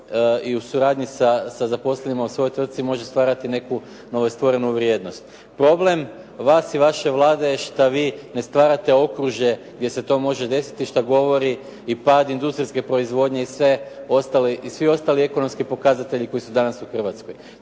i u suradnji sa zaposlenima u svojoj tvrtci može stvarati neku novostvorenu vrijednost. Problem vas i vaše Vlade je šta vi ne stvarate okružje gdje se to može desiti šta govori i pad industrijske proizvodnje i sve ostali, i svi ostali ekonomski pokazatelji koji su danas u Hrvatskoj.